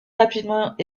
rapidement